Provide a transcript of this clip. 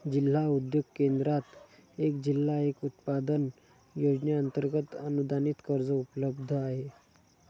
जिल्हा उद्योग केंद्रात एक जिल्हा एक उत्पादन योजनेअंतर्गत अनुदानित कर्ज उपलब्ध आहे